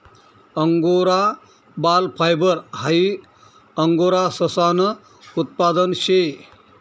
angora बाल fibre हाई angora ससानं उत्पादन शे